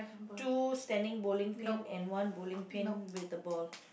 two standing bowling pin and one bowling pin with the ball